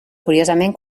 curiosament